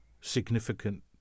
significant